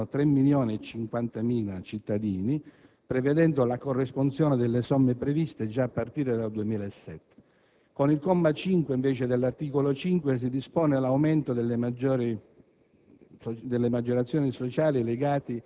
Si stima che gli interessati nel 2008 siano 3.050.000 cittadini, prevedendo la corresponsione delle somme previste già a partire dal 2007. Con il comma 5, dell'articolo 5, invece, si dispone l'aumento delle maggiorazioni